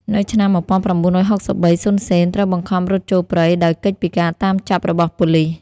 នៅឆ្នាំ១៩៦៣ សុន សេន ត្រូវបង្ខំរត់ចូលព្រៃ ដោយគេចពីការតាមចាប់របស់ប៉ូលិស ។